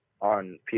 on